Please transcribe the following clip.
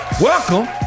welcome